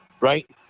right